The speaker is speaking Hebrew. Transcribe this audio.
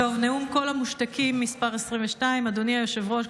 נאום קול המושתקים מס' 22. אדוני היושב-ראש,